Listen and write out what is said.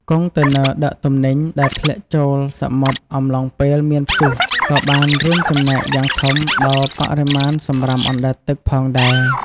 កុងតឺន័រដឹកទំនិញដែលធ្លាក់ចូលសមុទ្រអំឡុងពេលមានព្យុះ ក៏បានរួមចំណែកយ៉ាងធំដល់បរិមាណសំរាមអណ្តែតទឹកផងដែរ។